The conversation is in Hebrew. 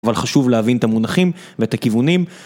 אבל חשוב להבין את המונחים ואת הכיוונים.